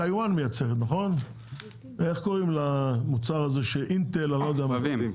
טאיוואן .מי מייצר את השבבים?